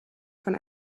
von